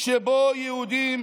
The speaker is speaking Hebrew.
שבו יהודים